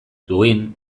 duin